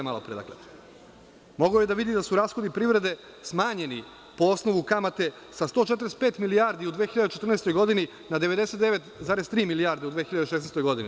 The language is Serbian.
Mogao je da vidi da su rashodi privrede smanjeni po osnovu kamate sa 145 milijardi u 2014. godini na 99,3 milijarde u 2016. godini.